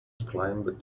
climbed